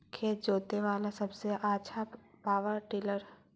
खेत जोते बाला सबसे आछा पॉवर टिलर?